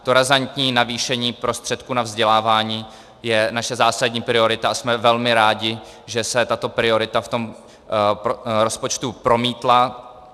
To razantní navýšení prostředků na vzdělávání je naše zásadní priorita a jsme velmi rádi, že se tato priorita v rozpočtu promítla.